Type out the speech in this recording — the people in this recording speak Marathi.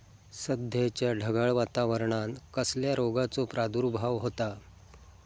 सध्याच्या ढगाळ वातावरणान कसल्या रोगाचो प्रादुर्भाव होता?